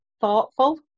thoughtful